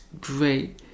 great